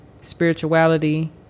spirituality